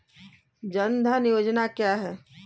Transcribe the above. जनधन योजना क्या है?